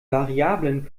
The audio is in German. variablen